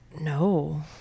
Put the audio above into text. No